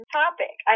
topic